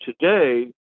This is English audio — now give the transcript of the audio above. today